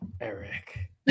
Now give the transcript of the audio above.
Eric